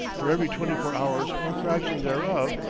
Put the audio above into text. for every twenty-four hours or fraction thereof,